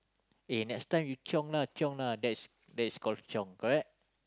eh next time you chiong lah chiong lah that's that's call chiong correct